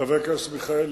חבר הכנסת מיכאלי,